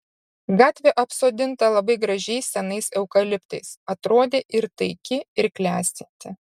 gatvė apsodinta labai gražiais senais eukaliptais atrodė ir taiki ir klestinti